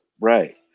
Right